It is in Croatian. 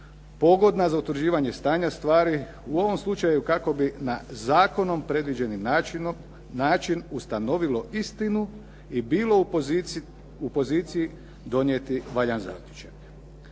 pogodna za utvrđivanje stanja stvari u ovom slučaju kako bi na zakonom predviđenim način ustanovilo istinu i bilo u poziciji donijeti valjan zaključak.